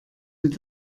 mit